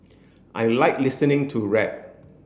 I like listening to rap